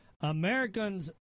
Americans